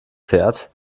fährt